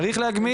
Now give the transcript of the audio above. צריך להגמיש,